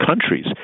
countries